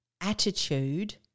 attitude